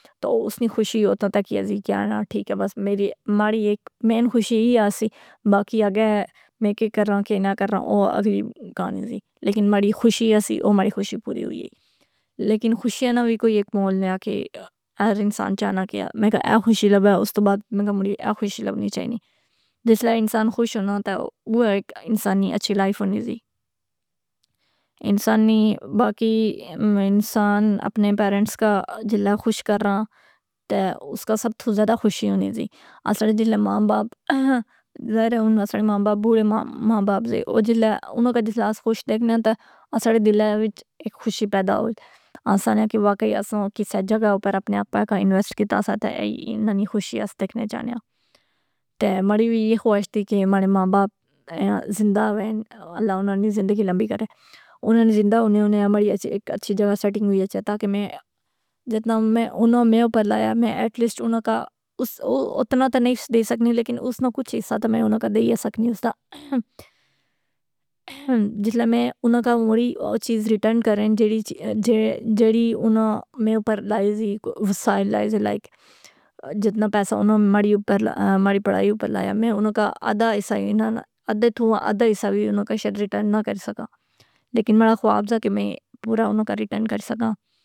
تو اس نی خوشی اوتھاں تک ای اے زی کہ اہناں ٹھیک ہے بس میری ماڑی ایک مین خوشی ائ آسی، باقی اگے میں کہ کرناں کہ نہ کرناں او اگلی کہانی زی۔ لیکن ماڑی خوشی اسی او ماڑی خوشی پوری ہوئی گئی۔ لیکن خوشیاں نہ وی کوئی ایک مول نیا کہ ہر انسان چاہنا کہ میں کا اے خوشی لبے اس تو بعد میں کا مڑی اے خوشی لبنی چائینی۔ جسلے انسان خوش ہونا تہ او ایک انسان نی اچھی لائف ہونی زی، انسان نی باقی انسان اپنے پیرنٹس کا جلے خوش کرنا تہ اس کا سب تھو زیادہ خوشی ہونی زی۔ اساڑے جسلے ماں باپ ظاہر ہے ہن اساڑے ماں باپ بوڑھے ماں باپ زے۔ او جلے اناں کا جسلے اس خوش دیکھنیاں تہ اساڑے دلہ وچ ایک خوشی پیدا ہول۔ اساں اہنیاں کہ واقعی اساں کسے جگہ اپر اپنے آپے کی انویسٹ کیتا سا تہ ایناں نی خوشی اس دیکھنے چاہنیاں۔ تہ ماڑی وی ائے خواہش دی کہ ماڑے ماں باپ زندہ وین اللہ اوناں نی زندگی لمبی کرے۔ اوناں نے زندہ ہونے ہونے اے ماڑی اک اچھی جگہ سیٹنگ ہوئی اچھے تاکہ میں جتنا میں اناں میں اوپر لایا میں ایٹلیسٹ اوناں کا اتنا تہ نیس دے سکنی لیکن اس نہ کچھ حصہ تہ میں اوناںں کا دئے سکنیوس تہ جسلے میں انواں کا مُڑی اوچیز ریٹن کرین جیڑی اناں میں اوپر لائی زی وسائل لائے زے لائک جتنا پیسہ اناں ماڑی اپر ماڑی پڑھائی اوپر لائا میں انقں کا ادّا حصہ ہنا نہ ادّے تھوں ادّا حصہ وی اناں کا شائد ریٹرن نہ کری سکنا لیکن ماڑا خواب زا کہ میں پورا اوناں نی ریٹرن کری سکاں.